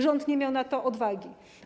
Rząd nie miał na to odwagi.